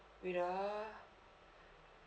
wait ah